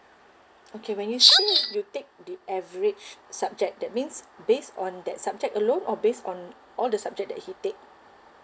okay when you said you take the average subject that means based on that subject alone or based on all the subject that he take